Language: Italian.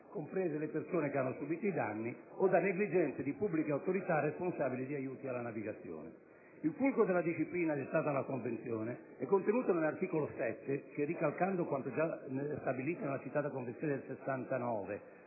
- comprese le persone che hanno subito i danni - o da negligenze di pubbliche autorità responsabili di aiuti alla navigazione. Il fulcro della disciplina dettata dalla Convenzione è contenuto nell'articolo 7, che - ricalcando quanto stabilito nella già citata Convenzione del 1969